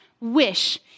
wish